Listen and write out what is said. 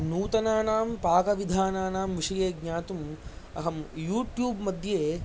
नूतनानां पाकविधानानां विषये ज्ञातुम् अहं यूट्यूब् मद्ये